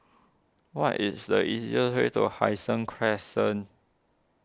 what is the easiest way to Hai Sing Crescent